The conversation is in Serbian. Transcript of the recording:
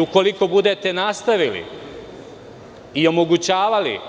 Ukoliko budete nastavili i omogućavali